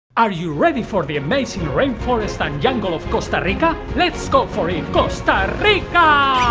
are you ready for the amazing rainforest and jungle of costa rica? let's go for it! costa rica!